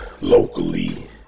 locally